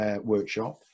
workshop